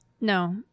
No